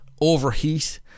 overheat